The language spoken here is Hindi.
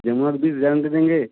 जमुआ की बीस हज़ार में दे देंगे